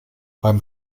beim